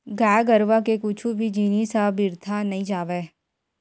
गाय गरुवा के कुछु भी जिनिस ह बिरथा नइ जावय